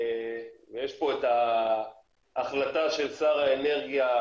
יש פה את ההחלטה של שר האנרגיה,